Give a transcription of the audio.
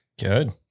Good